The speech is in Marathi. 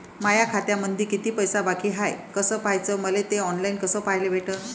माया खात्यामंधी किती पैसा बाकी हाय कस पाह्याच, मले थे ऑनलाईन कस पाह्याले भेटन?